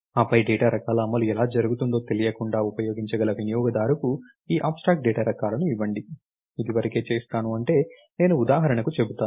ఆపై డేటా రకాల అమలు ఎలా జరుగుతుందో తెలియకుండా ఉపయోగించగల వినియోగదారుకు ఈ అబ్స్ట్రాక్ట్ డేటా రకాలను ఇవ్వండి ఇదివరకే చేస్తాను అంటే నేను ఉదాహరణకు చెబుతాను